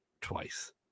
twice